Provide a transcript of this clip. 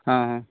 ହଁ